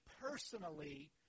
personally